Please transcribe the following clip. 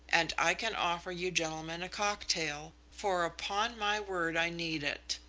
and i can offer you gentlemen a cocktail, for upon my word i need it!